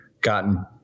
gotten